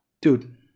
dude